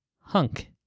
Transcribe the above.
Hunk